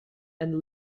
and